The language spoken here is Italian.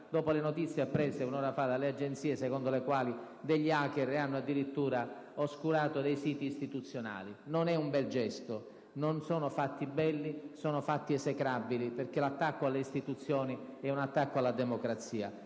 dopo le notizie apprese un'ora fa dalle agenzie secondo le quali degli *hacker* hanno addirittura oscurato dei siti istituzionali. Non è un bel gesto; sono fatto esecrabili, perché l'attacco alle istituzioni è un attacco alla democrazia,